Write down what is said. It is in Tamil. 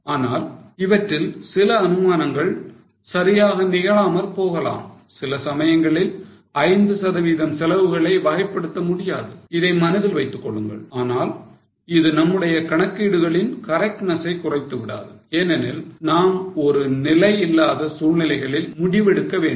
ஆனால் இவற்றில் சில அனுமானங்கள் சரியாக நிகழாமல் போகலாம் சில சமயங்களில் 5 செலவுகளை வகைப்படுத்த முடியாது இதை மனதில் வைத்துக் கொள்ளுங்கள் ஆனால் இது நம்முடைய கணக்கீடுகளின் correctness ஐ குறைத்து விடாது ஏனெனில் நாம் ஒரு நிலை இல்லாத சூழ்நிலைகளில் முடிவெடுக்க வேண்டும்